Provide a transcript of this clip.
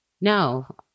No